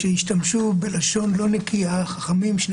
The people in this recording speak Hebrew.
הם השתמשו בלשון לא נקייה.